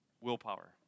willpower